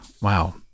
wow